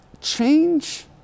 Change